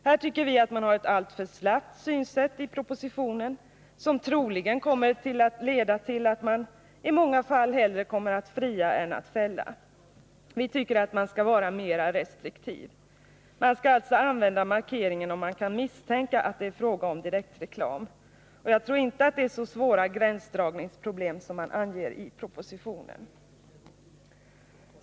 Här tycker vi att propositionens synsätt är alltför slappt. Det leder troligen till att man i många fall hellre kommer att fria än att fälla. Vi tycker att man skall vara mer restriktiv. Man skall alltså använda markeringen, om man kan misstänka att det är fråga om direktreklam. Och jag tror inte att det är så svåra gränsdragningsproblem som man anger i propositionen.